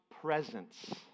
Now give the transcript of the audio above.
presence